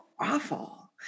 Awful